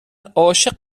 عاشق